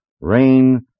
Rain